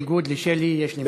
בניגוד לשלי, יש לי מקורבים.